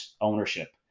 ownership